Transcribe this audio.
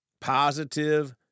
positive